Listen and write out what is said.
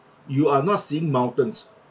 you are not seeing mountains